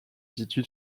situe